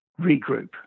Regroup